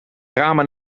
ramen